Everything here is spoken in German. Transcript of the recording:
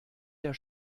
der